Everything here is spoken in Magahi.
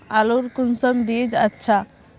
आलूर कुंसम बीज अच्छा?